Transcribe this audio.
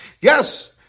yes